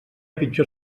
pitjor